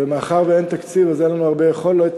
ומאחר שאין תקציב אז אין לנו הרבה יכולת.